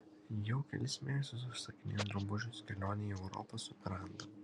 jau kelis mėnesius užsisakinėju drabužius kelionei į europą su miranda